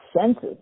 senses